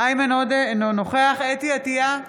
איימן עודה, אינו נוכח חוה אתי עטייה,